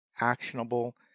actionable